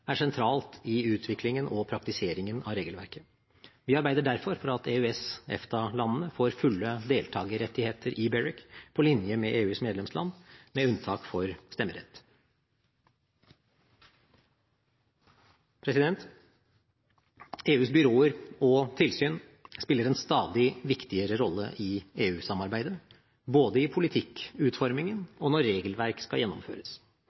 er sentralt i utviklingen og praktiseringen av regelverket. Vi arbeider derfor for at EØS/EFTA-landene får fulle deltakerrettigheter i BEREC på linje med EUs medlemsland, med unntak for stemmerett. EUs byråer og tilsyn spiller en stadig viktigere rolle i EU-samarbeidet, både i politikkutformingen og når regelverk skal gjennomføres.